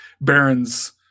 baron's